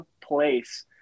place